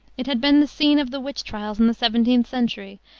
it had been the scene of the witch trials in the seventeenth century,